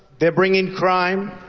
they're bringing crime.